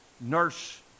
nurse